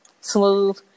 smooth